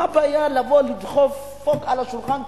מה הבעיה לבוא ולדפוק על השולחן,